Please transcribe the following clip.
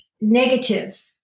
negative